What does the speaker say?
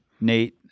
Nate